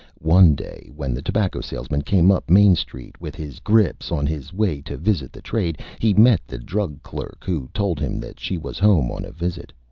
one day when the tobacco salesman came up main street with his grips, on his way to visit the trade, he met the drug clerk, who told him that she was home on a visit.